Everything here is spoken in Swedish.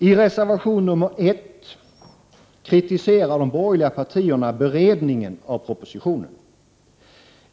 I reservation 1 kritiserar de borgerliga partierna beredningen av propositionen.